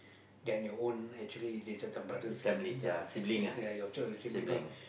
than your own actually sisters and brothers and uh your your sibling cause